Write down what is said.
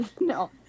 no